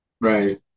Right